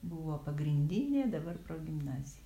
buvo pagrindinė dabar progimnazija